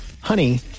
Honey